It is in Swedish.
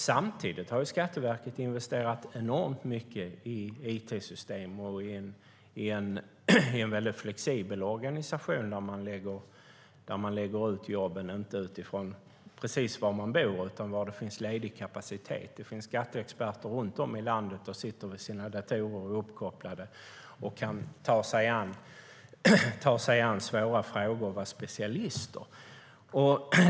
Samtidigt har Skatteverket investerat enormt mycket i it-system i en väldigt flexibel organisation där jobben läggs ut, inte utifrån var man bor utan utifrån var det finns ledig kapacitet. Det finns skatteexperter runt om i landet som sitter uppkopplade vid sina datorer och kan ta sig an svåra frågor och vara specialister.